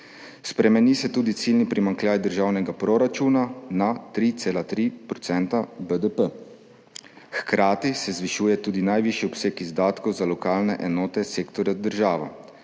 Spremeni se tudi ciljni primanjkljaj državnega proračuna, na 3,3 % BDP. Hkrati se zvišuje tudi najvišji obseg izdatkov za lokalne enote sektorja država,